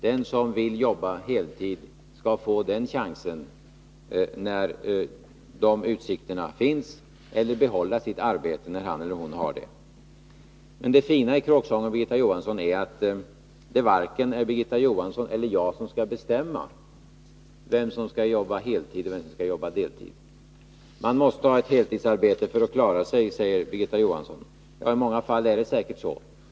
Den som vill arbeta heltid skall få göra det när utsikter finns för det, eller behålla sitt arbete när han eller hon har ett. Men det fina i kråksången är att det varken är Birgitta Johansson eller jag som skall bestämma vem som skall arbeta heltid och vem som skall arbeta deltid. Man måste ha ett heltidsarbete för att klara sig, säger Birgitta Johansson. Ja, i många fall är det säkert så.